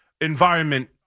environment